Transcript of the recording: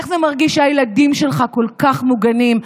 איך זה מרגיש שהילדים שלך כל כך מוגנים,